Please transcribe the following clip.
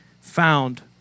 found